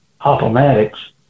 automatics